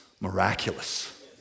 miraculous